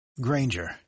granger